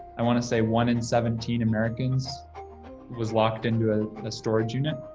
i want to say one in seventeen americans was locked into a storage unit.